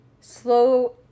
slow